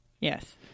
yes